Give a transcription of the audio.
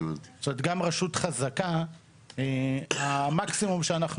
זאת אומרת גם לרשות חזקה המקסימום שאנחנו